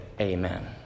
amen